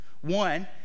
one